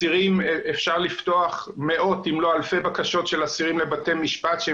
אפשר לפתוח מאות אם לא אלפי בקשות של אסירים לבתי משפט שהם